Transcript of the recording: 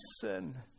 sin